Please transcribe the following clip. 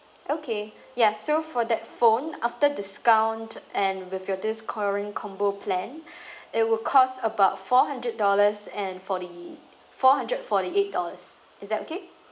okay ya so for that phone after discount and with your this current combo plan it will cost about four hundred dollars and forty four hundred forty eight dollars is that okay